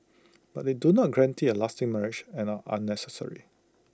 but they do not guarantee A lasting marriage and are unnecessary